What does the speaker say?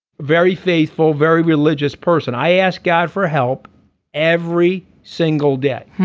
very faithful very religious person i ask god for help every single day.